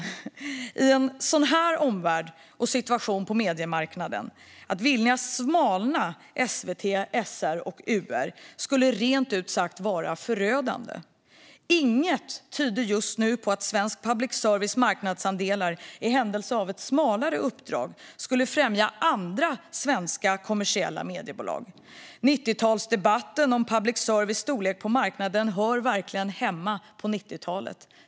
Att i en sådan omvärld och situation på mediemarknaden vilja göra SVT, SR och UR smalare skulle vara rent ut sagt förödande. Inget tyder just nu på att svensk public services marknadsandelar, i händelse av ett smalare uppdrag, skulle främja andra svenska kommersiella mediebolag. 90-tals debatten om public services storlek på marknaden hör verkligen hemma på 90-talet.